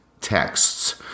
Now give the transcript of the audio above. texts